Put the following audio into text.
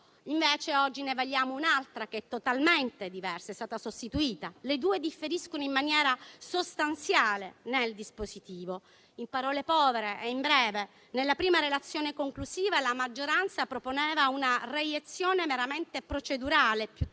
invece oggi ne vagliamo un'altra totalmente diversa, che ha sostituito la precedente. Le due differiscono in maniera sostanziale nel dispositivo. In parole povere e in breve, nella prima relazione conclusiva la maggioranza proponeva una reiezione meramente procedurale invece